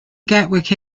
gatwick